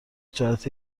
جهت